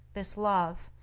this love,